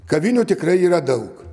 kavinių tikrai yra daug